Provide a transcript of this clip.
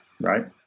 Right